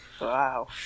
Wow